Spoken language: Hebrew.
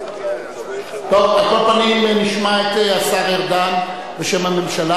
טוב, על כל פנים נשמע את השר ארדן בשם הממשלה.